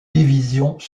divisions